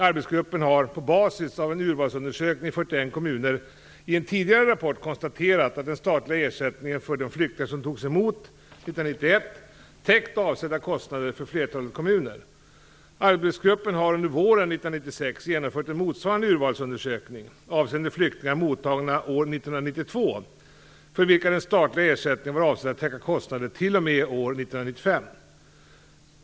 Arbetsgruppen har på basis av en urvalsundersökning i 41 kommuner i en tidigare rapport konstaterat att den statliga ersättningen för de flyktingar som togs emot år 1991 har täckt avsedda kostnader för flertalet kommuner. Arbetsgruppen har under våren 1996 genomfört en motsvarande urvalsundersökning avseende flyktingar mottagna år 1992 för vilka den statliga ersättningen var avsedd att täcka kostnader t.o.m. år 1995.